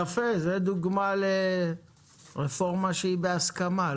יפה, זה דוגמה לרפורמה שהיא בהסכמה.